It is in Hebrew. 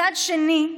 מצד שני,